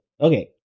Okay